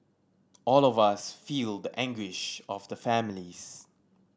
all of us feel the anguish of the families